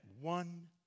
one